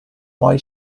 why